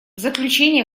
заключение